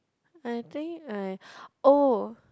I think I oh